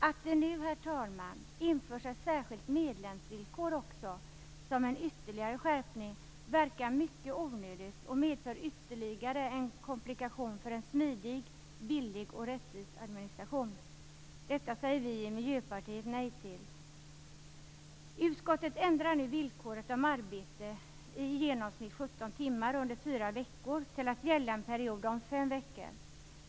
Att det nu, herr talman, också införs ett särskilt medlemsvillkor som en ytterligare skärpning verkar mycket onödigt och medför ytterligare en komplikation för en smidig, billig och rättvis administration. Detta säger vi i Miljöpartiet nej till. Utskottet ändrar nu villkoret om arbete i i genomsnitt 17 timmar under fyra veckor till att gälla en period om fem veckor.